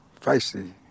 feisty